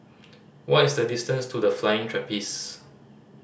what is the distance to The Flying Trapeze